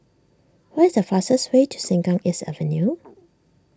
what is the fastest way to Sengkang East Avenue